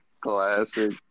Classic